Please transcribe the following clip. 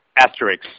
Asterix